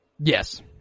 Yes